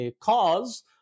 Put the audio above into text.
cause